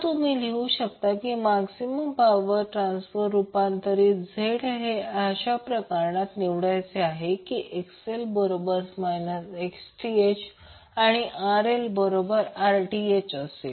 तुम्ही आता लिहू शकता की मैक्सिमम पावर ट्रान्सफर रूपांतर ZL हा अशा प्रकारे निवडायचा की XL बरोबर Xth आणि RL बरोबर Rth असेल